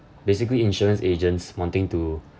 basically insurance agents wanting to